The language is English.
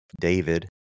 David